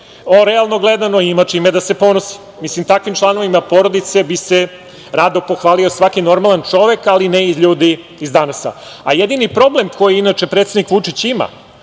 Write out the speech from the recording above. On realno gledano ima čime da se ponosi. Takvim članovima porodice bi se rado pohvalio svaki normalan čovek, ali ne i ljudi iz „Danasa“, a jedini problem koji predsednik Vučić ima